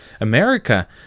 America